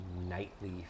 nightly